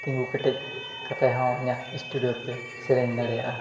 ᱛᱤᱸᱜᱩ ᱠᱮᱴᱮᱡ ᱠᱟᱛᱮᱫ ᱦᱚᱸ ᱤᱧᱟᱹᱜ ᱤᱥᱴᱩᱰᱤᱭᱳ ᱨᱮᱯᱮ ᱥᱮᱨᱮᱧ ᱫᱟᱲᱮᱭᱟᱜᱼᱟ